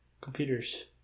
computers